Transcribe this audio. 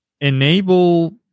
enable